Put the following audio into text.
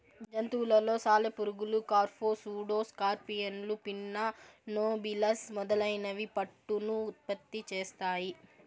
జంతువులలో సాలెపురుగులు, కార్ఫ్, సూడో స్కార్పియన్లు, పిన్నా నోబిలస్ మొదలైనవి పట్టును ఉత్పత్తి చేస్తాయి